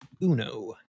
Uno